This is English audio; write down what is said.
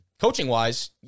Coaching-wise